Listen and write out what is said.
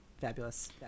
Fabulous